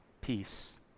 Peace